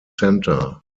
center